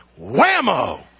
Whammo